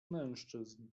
mężczyzn